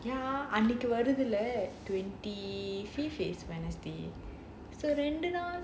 ya அன்னைக்கு வருதுல:annaiku varuthula twenty fifth is wednesday